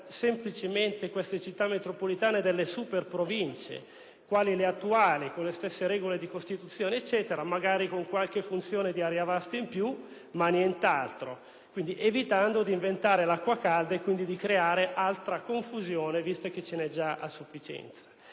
semplicemente queste Città metropolitane delle super Province quali le attuali, con le stesse regole di costituzione, magari con qualche funzione in più di area vasta, ma nient'altro, evitando di inventare l'acqua calda e di creare altra confusione, visto che ce n'è già a sufficienza,